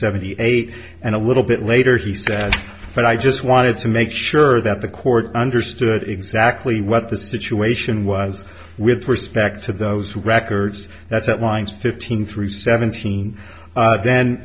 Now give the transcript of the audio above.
seventy eight and a little bit later he said but i just wanted to make sure that the court understood exactly what the situation was with respect to those who records that's what lines fifteen through seventeen